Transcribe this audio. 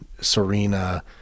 Serena